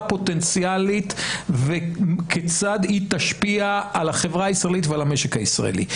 פוטנציאלית וכיצד היא תשפיע על החברה הישראלית ועל המשק הישראלי.